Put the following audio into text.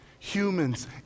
Humans